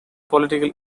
political